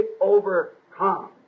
overcome